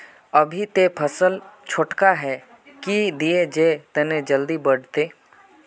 अभी ते फसल छोटका है की दिये जे तने जल्दी बढ़ते?